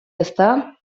ezta